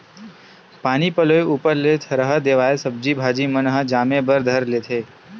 पानी पलोय ऊपर ले थरहा देवाय सब्जी भाजी मन ह जामे बर धर लेथे